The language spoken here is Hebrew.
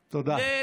תודה.